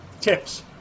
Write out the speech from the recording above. tips